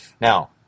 Now